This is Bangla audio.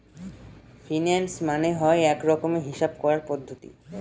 ফিন্যান্স মানে হয় এক রকমের হিসাব করার পদ্ধতি